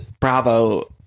Bravo